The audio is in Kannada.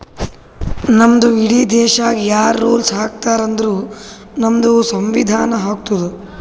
ನಮ್ದು ಇಡೀ ದೇಶಾಗ್ ಯಾರ್ ರುಲ್ಸ್ ಹಾಕತಾರ್ ಅಂದುರ್ ನಮ್ದು ಸಂವಿಧಾನ ಹಾಕ್ತುದ್